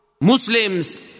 Muslims